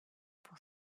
pour